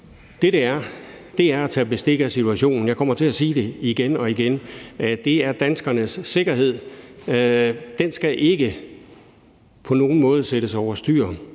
Det, det er, er at tage bestik af situationen. Jeg kommer til at sige det igen og igen. Det er danskernes sikkerhed. Den skal ikke på nogen måde sættes over styr